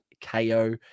KO